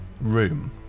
room